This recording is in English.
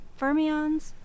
Fermions